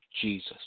Jesus